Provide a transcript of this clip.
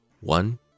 one